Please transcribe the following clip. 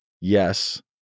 yes